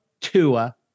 Tua